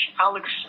Alex